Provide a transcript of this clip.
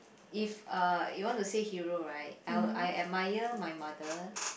if uh you want to say hero right I'll I admire my mother